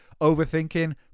Overthinking